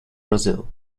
brazil